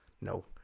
No